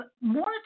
more